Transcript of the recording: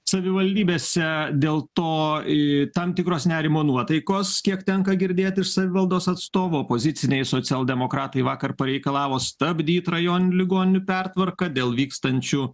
savivaldybėse dėl to į tam tikros nerimo nuotaikos kiek tenka girdėt iš savivaldos atstovų opoziciniai socialdemokratai vakar pareikalavo stabdyt rajoninių ligoninių pertvarką dėl vykstančių